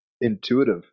intuitive